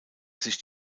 sich